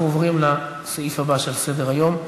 אנחנו נעבור לנושא הבא על סדר-היום,